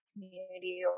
community